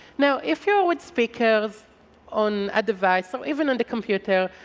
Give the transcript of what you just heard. now, if you're with speakers on a device or even on the computer,